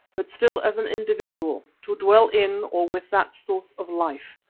but still as an individual, to dwell in or with that source of life.